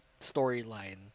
storyline